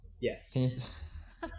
Yes